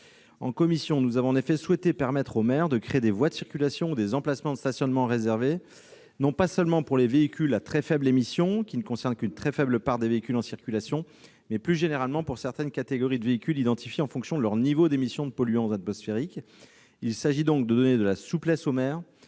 En commission, nous avons en effet souhaité permettre aux maires de créer des voies de circulation ou des emplacements de stationnement réservés, non pas seulement pour les véhicules à très faibles émissions, qui ne concernent qu'une très faible part des véhicules en circulation, mais, plus généralement, pour certaines catégories de véhicules identifiés en fonction de leur niveau d'émission de polluants atmosphériques. Il s'agit donc de donner de la souplesse aux maires